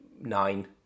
nine